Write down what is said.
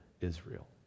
Israel